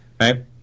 Right